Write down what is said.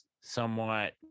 somewhat